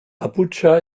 abuja